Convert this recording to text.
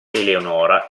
eleonora